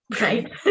Right